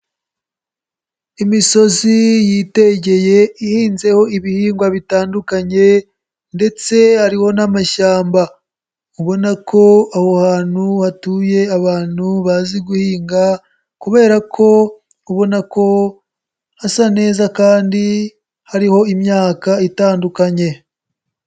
Imisozi yitegeye ihinzeho ibihingwa bitandukanye ndetse hariho n'amashyamba, ubona ko aho hantu hatuye abantu bazi guhinga kubera ko ubona ko hasa neza kandi hariho imyaka itandukanye.